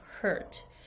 hurt